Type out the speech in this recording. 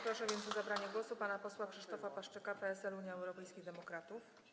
Proszę więc o zabranie głosu pana posła Krzysztofa Paszyka, PSL - Unia Europejskich Demokratów.